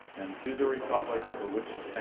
and to the republic for which